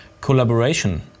collaboration